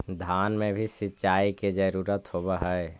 धान मे भी सिंचाई के जरूरत होब्हय?